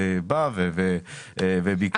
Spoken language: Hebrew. בא וביקש לבחון.